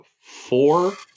four